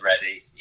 ready